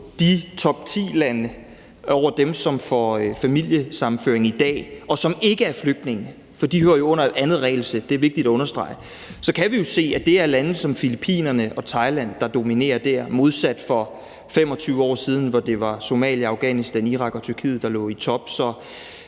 de lande, hvor man får familiesammenføring fra i dag, og hvor det ikke er flygtninge, for de hører jo under et andet regelsæt – det er vigtigt at understrege – er jo, at det er lande som Filippinerne og Thailand, der dominerer dér, modsat for 25 år siden, hvor det var Somalia, Afghanistan, Iran og Tyrkiet, der lå i toppen.